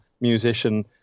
musician